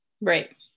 Right